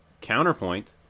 counterpoint